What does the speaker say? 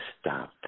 stop